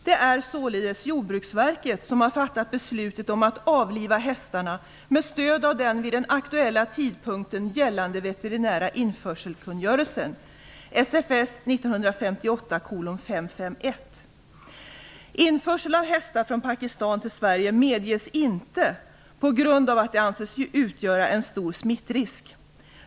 Det är således Jordbruksverket som har fattat beslutet om att avliva hästarna med stöd av den vid den aktuella tidpunkten gällande veterinära införselkungörelsen . Införsel av hästar från Pakistan till Sverige medges inte på grund av att de anses utgöra en stor smittrisk.